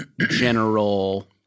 general